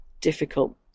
difficult